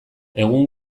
egun